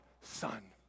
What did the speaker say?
son